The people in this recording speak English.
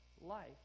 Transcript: life